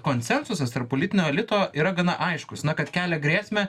konsensusas tarp politinio elito yra gana aiškus na kad kelia grėsmę